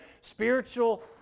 spiritual